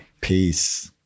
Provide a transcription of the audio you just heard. Peace